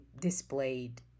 displayed